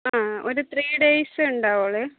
ആ ഒരു ത്രീ ഡേയ്സെ ഉണ്ടാവുളളൂ